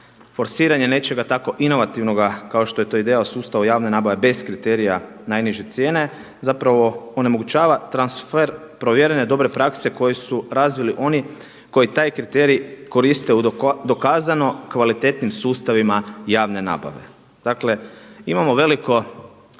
Forsiranje nečega tako inovativnoga kao što je to ideja o sustavu javne nabave bez kriterija najniže cijene, zapravo onemogućava transfer provjerene dobre prakse koju su razvili oni koji taj kriterij koriste dokazano kvalitetnim sustavima javne nabave. Dakle, imamo veliko